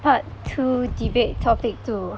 part two debate topic two